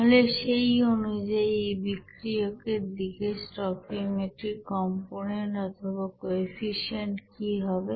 তাহলে সেই অনুযায়ী এই বিক্রিয়কের দিকে স্টকিওমেট্রিক কম্পনেন্ট অথবা কোইফিশিয়েন্ট কি হবে